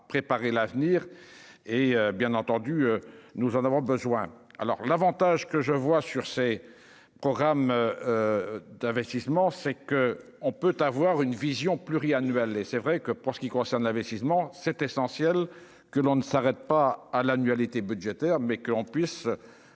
préparer l'avenir et, bien entendu, nous en avons besoin alors l'Avantage que je vois sur ses programmes d'investissement c'est que on peut avoir une vision pluriannuelle et c'est vrai que pour ce qui concerne l'investissement, c'est essentiel, que l'on ne s'arrête pas à l'annualité budgétaire, mais qu'on puisse